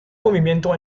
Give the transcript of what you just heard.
movimiento